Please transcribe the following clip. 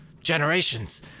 generations